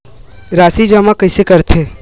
राशि जमा कइसे करथे?